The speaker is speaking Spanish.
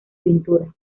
pintura